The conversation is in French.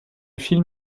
film